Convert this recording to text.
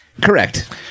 Correct